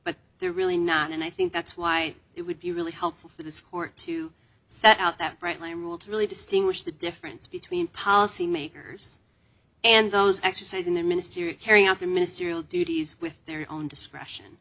but they're really not and i think that's why it would be really helpful for the court to set out that bright line rule to really distinguish the difference between policy makers and those exercising their ministerial carrying out their ministerial duties with their own discretion